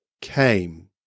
came